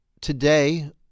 today